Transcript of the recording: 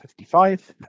55